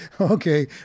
Okay